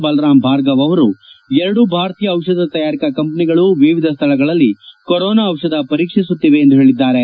ಬಲರಾಮ್ ಭಾರ್ಗವ ಅವರು ಎರಡು ಭಾರತೀಯ ಜಿಷಧ ತಯಾರಕ ಕಂಪನಿಗಳು ವಿವಿಧ ಸ್ಥಳಗಳಲ್ಲಿ ಕೊರೋನಾ ದಿಷಧ ಪರೀಕ್ಷಿಸುತ್ತಿವೆ ಎಂದು ಹೇಳಿದ್ದಾರೆ